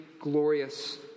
glorious